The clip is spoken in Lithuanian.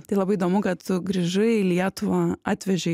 tai labai įdomu kad tu grįžai į lietuvą atvežei